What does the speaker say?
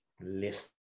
list